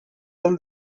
del